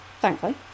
thankfully